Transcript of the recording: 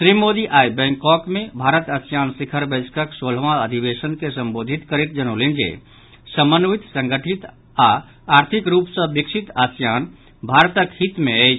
श्री मोदी आइ बैंकॉक मे भारत आसियान शिखर बैसकक सोलहवां अधिवेशन के संबोधित करैत जनौलनि जे समन्वित संगठित आओर आर्थिक रूप सॅ विकसित आसियान भारतक हित मे अछि